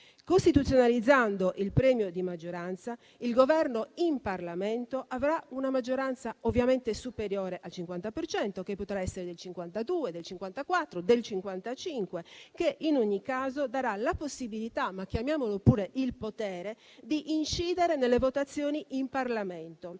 Costituzionalizzando il premio di maggioranza, il Governo in Parlamento avrà una maggioranza ovviamente superiore al 50 per cento, che potrà essere del 52, del 54 o del 55 per cento, ma che in ogni caso darà la possibilità - ma chiamiamolo pure "il potere" - di incidere nelle votazioni in Parlamento.